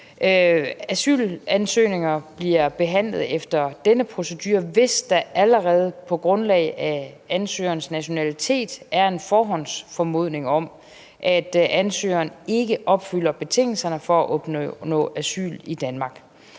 Asylansøgninger bliver behandlet efter denne procedure, hvis der allerede på grundlag af ansøgerens nationalitet er en forhåndsformodning om, at ansøgeren ikke opfylder betingelserne for at opnå asyl i Danmark.